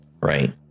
right